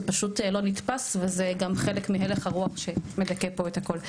זה פשוט לא נתפס וזה גם חלק מהלך הרוח שמדכא פה את הכל.